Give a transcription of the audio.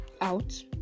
out